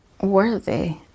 worthy